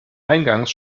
eingangs